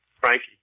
Frankie